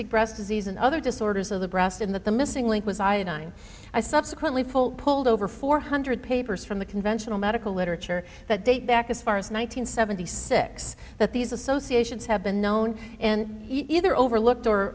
breasts disease and other disorders of the breast in that the missing link was iodine i subsequently full pulled over four hundred papers from the conventional medical literature that date back as far as one thousand nine hundred seventy six that these associations have been known and either overlooked or